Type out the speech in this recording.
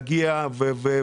היושב-ראש,